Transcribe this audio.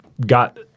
got